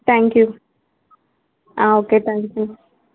thank you okay thank you